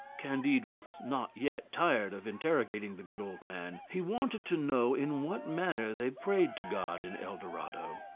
candide was not yet tired of interrogating the good old man he wanted to know in what manner they prayed to god in el dorado.